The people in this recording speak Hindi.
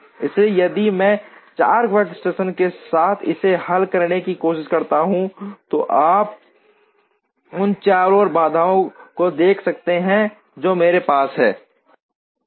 इसलिए यदि मैं 4 वर्कस्टेशन के साथ इसे हल करने की कोशिश करता हूं तो आप उन चर और बाधाओं को देख सकते हैं जो मेरे पास होंगे